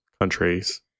countries